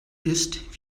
ist